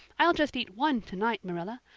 i'll just eat one tonight, marilla.